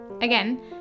Again